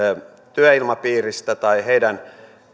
työilmapiiristä ja heidän